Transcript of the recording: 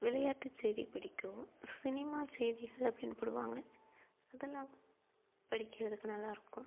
விளையாட்டு செய்தி பிடிக்கும் சினிமா செய்திகள் அப்படின்னு போடுவாங்க அதெல்லாம் படிக்கிறதுக்கு நல்லாயிருக்கும்